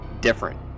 different